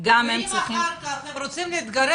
גם הם צריכים --- אם אחר-כך הם רוצים להתגרש